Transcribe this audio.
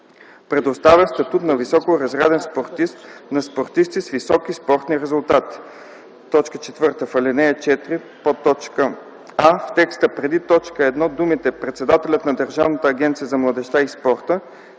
предоставя статут на високоразряден спортист на спортисти с високи спортни резултати”.